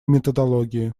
методологии